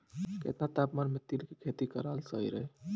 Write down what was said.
केतना तापमान मे तिल के खेती कराल सही रही?